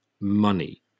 money